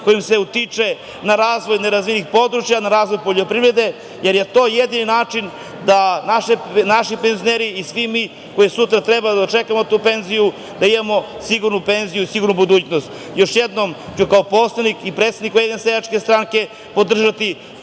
kojima se utiče na razvoje nerazvijenih područja, na razvoj poljoprivrede, jer je to jedini način da naši penzioneri i svi mi koji sutra treba da dočekamo tu penziju, da imamo sigurnu penziju i sigurnu budućnost. Još jednom ću kao poslanik i predsednik USS podržati